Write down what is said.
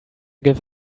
give